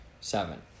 Seven